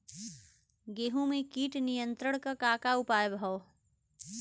गेहूँ में कीट नियंत्रण क का का उपाय ह?